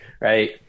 right